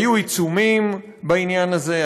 היו עיצומים בעניין הזה.